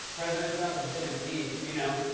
president trump has been impeached. you know.